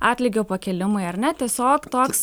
atlygio pakėlimai ar ne tiesiog toks